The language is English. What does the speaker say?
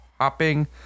hopping